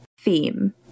theme